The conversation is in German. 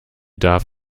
darf